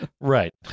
Right